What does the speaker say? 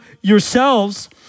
yourselves